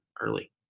early